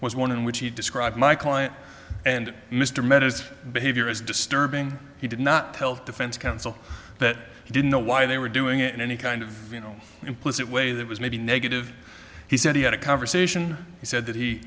was one in which he described my client and mr mehta's behavior is disturbing he did not tell the defense counsel that he didn't know why they were doing it in any kind of you know implicit way that was maybe negative he said he had a conversation he said that he